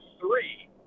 three